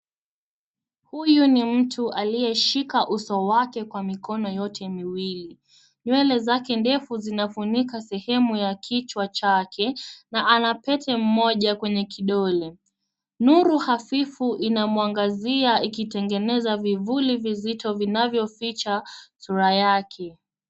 Huyu ni mtu aliyeshika uso wake kwa mikono yote miwili, nywele zake ndefu zinafunika sehemu ya kichwa chake, na ana pete mmoja, kwenye kidole. Nuru hafifu, inamwangazia, ikitengeneza vivuli vizito, vinavyoficha sura yake.